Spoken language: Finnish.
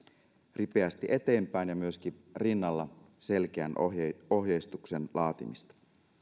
ripeästi eteenpäin ja rinnalla myöskin selkeän ohjeistuksen laatimista